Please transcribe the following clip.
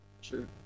Sure